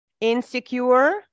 insecure